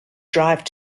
drive